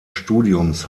studiums